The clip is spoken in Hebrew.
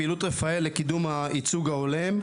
פעילות רפאל לקידום הייצוג ההולם.